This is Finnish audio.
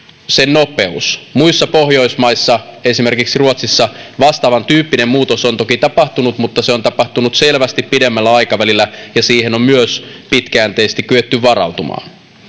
sen nopeus muissa pohjoismaissa esimerkiksi ruotsissa vastaavan tyyppinen muutos on toki tapahtunut mutta se on tapahtunut selvästi pidemmällä aikavälillä ja siihen on myös pitkäjänteisesti kyetty varautumaan